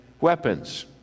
Weapons